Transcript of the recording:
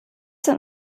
sind